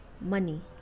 money